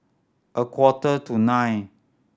a quarter to nine